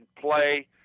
play